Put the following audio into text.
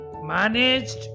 managed